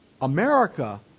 America